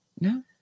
No